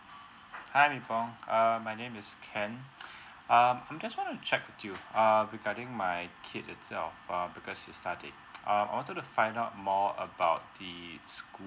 hi nebong err my name is ken um I just want to check do you err regarding my kid itself uh because he started uh I wanted to find out more about the school